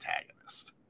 antagonist